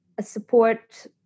support